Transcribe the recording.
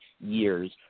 years